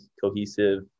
cohesive